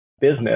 business